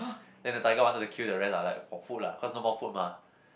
then the tiger wanted to kill the rest ah like for food lah because no more food mah